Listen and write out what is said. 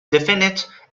definite